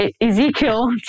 Ezekiel